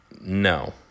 No